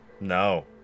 No